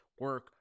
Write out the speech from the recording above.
Work